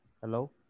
Hello